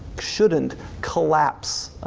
shouldn't collapse